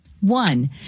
One